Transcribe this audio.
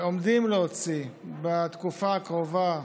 עומדים להוציא בתקופה הקרובה